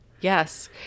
Yes